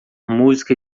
música